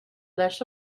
leis